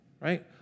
right